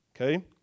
Okay